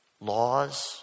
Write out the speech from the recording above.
laws